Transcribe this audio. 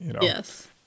Yes